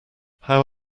how